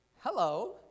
Hello